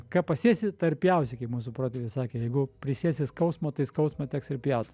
ką pasėsi tą ir pjausi kaip mūsų protėviai sakė jeigu prisėsti skausmo tai skausmą teks ir pjaut